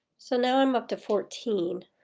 so now i'm up to fourteen.